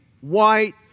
white